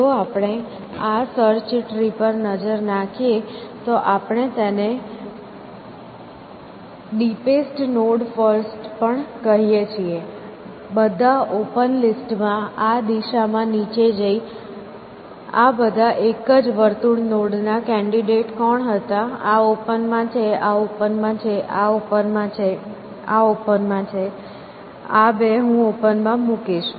જો આપણે આ સર્ચ ટ્રી પર નજર નાખીએ તો આપણે તેને ડીપેસ્ટ નોડ ફર્સ્ટ પણ કહીએ છીએ બધા ઓપન લિસ્ટ માં આ દિશામાં નીચે જઈ આ બધા એક જ વર્તુળ નોડ ના કેન્ડિડેટ કોણ હતા આ ઓપન માં છે આ ઓપન માં છે આ ઓપન માં છે આ ઓપન માં છે આ બે હું ઓપન માં મુકીશ